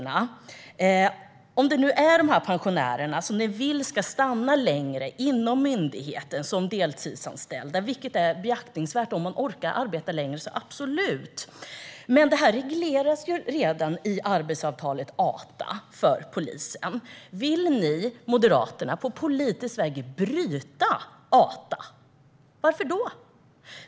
Ni vill nu att dessa pensionärer ska stanna längre inom myndigheten som deltidsanställda, vilket är beaktansvärt om de orkar - absolut. Men detta regleras ju redan i arbetsavtalet ATA för polisen. Vill ni i Moderaterna på politisk väg bryta ATA? Varför då?